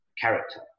character